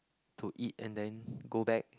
to eat and then go back